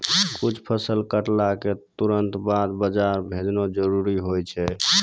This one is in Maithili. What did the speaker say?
कुछ फसल कटला क तुरंत बाद बाजार भेजना जरूरी होय छै